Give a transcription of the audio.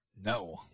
No